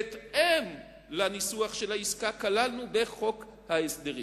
בהתאם לניסוח של העסקה, כללנו בחוק ההסדרים.